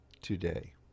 today